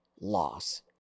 loss